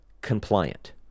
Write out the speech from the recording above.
compliant